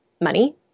money